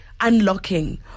unlocking